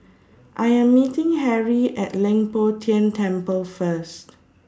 I Am meeting Harrie At Leng Poh Tian Temple First